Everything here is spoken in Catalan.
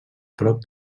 prop